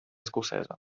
escocesa